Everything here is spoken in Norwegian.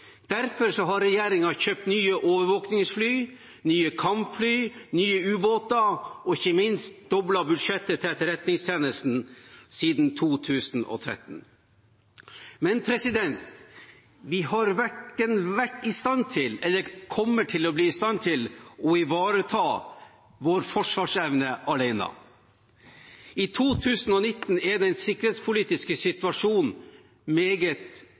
Derfor har regjeringen kjøpt nye overvåkningsfly, nye kampfly, nye ubåter og ikke minst doblet budsjettet til Etterretningstjenesten siden 2013. Men vi har verken vært i stand til eller kommer til å bli i stand til å ivareta vår forsvarsevne alene. I 2019 er den sikkerhetspolitiske situasjonen meget